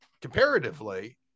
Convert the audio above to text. comparatively